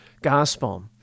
gospel